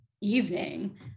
evening